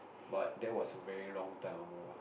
but that was a very long time ago ah